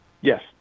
Yes